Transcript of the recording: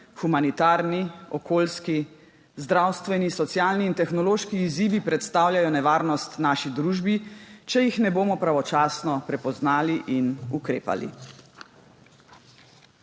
humanitarni, okoljski, zdravstveni, socialni in tehnološki izzivi predstavljajo nevarnost naši družbi, če jih ne bomo pravočasno prepoznali in ukrepali.